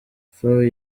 fawe